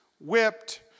whipped